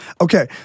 Okay